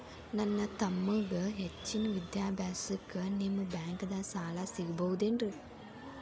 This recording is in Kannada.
ನನ್ನ ತಮ್ಮಗ ಹೆಚ್ಚಿನ ವಿದ್ಯಾಭ್ಯಾಸಕ್ಕ ನಿಮ್ಮ ಬ್ಯಾಂಕ್ ದಾಗ ಸಾಲ ಸಿಗಬಹುದೇನ್ರಿ?